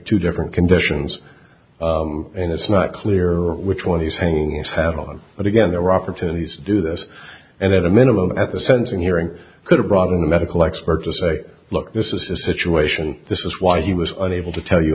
two different conditions and it's not clear which one is hanging its hat on but again there were opportunities to do this and at a minimum at the sentencing hearing could have brought in a medical expert to say look this is the situation this is why he was unable to tell you